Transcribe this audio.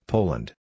Poland